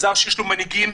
מגזר שיש לו מנהיגים,